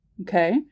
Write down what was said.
Okay